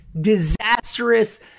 disastrous